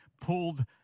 pulled